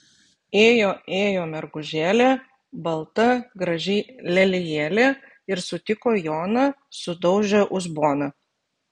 ėjo ėjo mergužėlė balta graži lelijėlė ir sutiko joną sudaužė uzboną